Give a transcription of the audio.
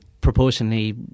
proportionally